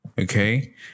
Okay